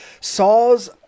saws